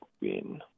win